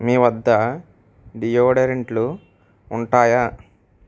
మీ వద్ద డియోడ్రెంట్లు ఉంటాయా